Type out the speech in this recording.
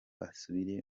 asubire